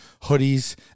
hoodies